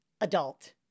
adult